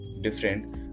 different